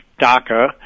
DACA